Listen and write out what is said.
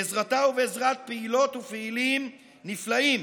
בעזרתה ובעזרת פעילות ופעילים נפלאים